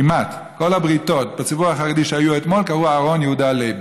כמעט בכל הבריתות בציבור החרדי שהיו אתמול קראו אהרן יהודה לייב.